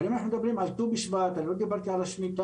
אבל אם אנחנו מדברים על ט"ו בשבט אני לא דיברתי על השמיטה,